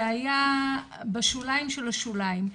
זה היה בשוליים של השוליים.